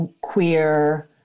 queer